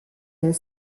del